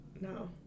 No